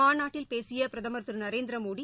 மாநாட்டில் பேசியபிரதமா் திருநரேந்திரமோடி